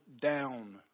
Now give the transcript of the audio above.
down